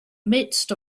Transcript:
midst